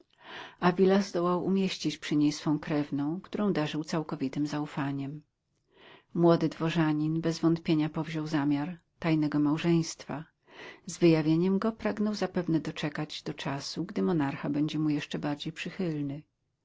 zdołał umieścić przy niej swą krewną którą darzył całkowitym zaufaniem młody dworzanin bez wątpienia powziął zamiar tajnego małżeństwa z wyjawieniem go pragnął zapewne zaczekać do czasu gdy monarcha będzie mu jeszcze bardziej przychylny